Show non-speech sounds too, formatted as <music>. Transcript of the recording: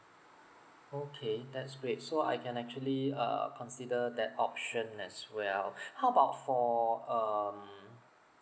okay that's great so I can actually uh consider that option as well <breath> how about for um